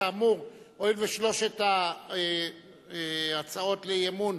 כאמור, הואיל ושלוש ההצעות לאי-אמון